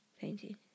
painting